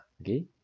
Okay